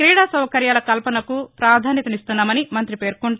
క్రీడా సౌకర్యాల కల్పనకు పాధాన్యమిస్తున్నామని మంతి పేర్కొంటూ